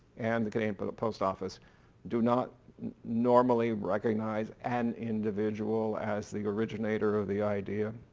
and the canadian but post office do not normally recognize an individual as the originator of the idea.